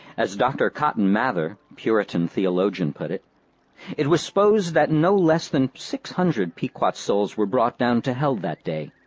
as dr. cotton mather, puritan theologian, put it it was supposed that no less than six hundred pequot souls were brought down to hell that day.